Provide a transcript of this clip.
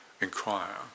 inquire